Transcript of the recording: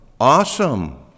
awesome